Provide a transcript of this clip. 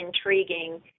intriguing